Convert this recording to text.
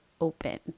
open